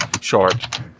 short